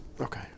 okay